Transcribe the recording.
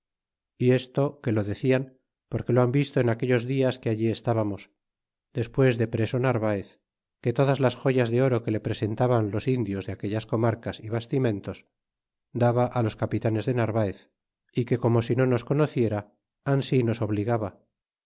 y esto que lo decian porque lo han visto en aquellos días que allí estábamos despues de preso narvaez que todas las joyas de oro que le presentaban los indios de aquellas comarcas y bastimentos daba á los capitanes de narvaez é que como si no nos conociera ansi nos obligaba